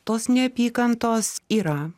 tos neapykantos yra